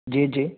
ਜੀ ਜੀ